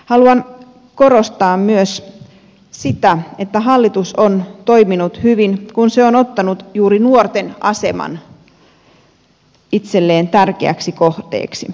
haluan korostaa myös sitä että hallitus on toiminut hyvin kun se on ottanut juuri nuorten aseman itselleen tärkeäksi kohteeksi